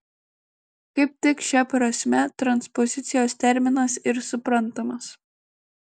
kaip tik šia prasme transpozicijos terminas ir suprantamas